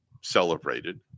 celebrated